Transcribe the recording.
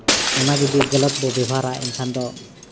ᱚᱱᱟ ᱡᱩᱫᱤ ᱜᱟᱞᱟᱛ ᱵᱚ ᱵᱮᱵᱷᱟᱨᱟ ᱮᱱᱠᱷᱟᱱ ᱫᱚ